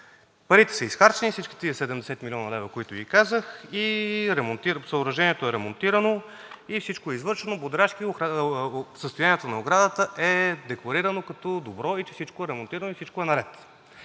Парите са изхарчени – всички тези 70 млн. лв., за които Ви казах, съоръжението е ремонтирано и всичко е извършено бодряшки, а състоянието на оградата е декларирано като добро и че всичко е ремонтирано и всичко е наред.